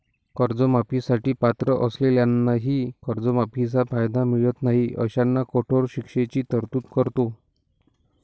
कर्जमाफी साठी पात्र असलेल्यांनाही कर्जमाफीचा कायदा मिळत नाही अशांना कठोर शिक्षेची तरतूद करतो